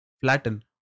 flatten